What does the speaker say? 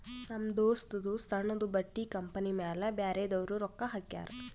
ನಮ್ ದೋಸ್ತದೂ ಸಣ್ಣುದು ಬಟ್ಟಿ ಕಂಪನಿ ಮ್ಯಾಲ ಬ್ಯಾರೆದವ್ರು ರೊಕ್ಕಾ ಹಾಕ್ಯಾರ್